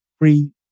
free